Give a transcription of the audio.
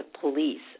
police